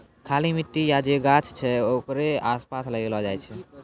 खाली मट्टी या जे गाछ छै ओकरे आसपास लगैलो जाय छै